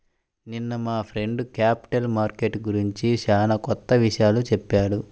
నిన్న మా friend capital market గురించి చానా కొత్త విషయాలు చెప్పాడు